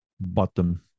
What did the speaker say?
bottom